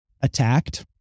attacked